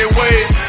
ways